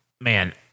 man